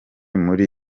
muri